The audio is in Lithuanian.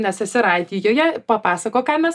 nes esi radijuje papasakok ką mes